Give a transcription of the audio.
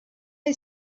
est